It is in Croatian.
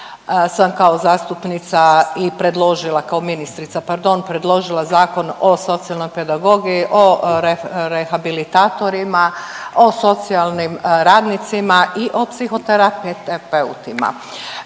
sam kao zastupnica i predložila, kao ministrica pardon predložila Zakon o socijalnoj pedagogiji, o rehabilitatorima, o socijalnim radnicima i o psihoterapeutima.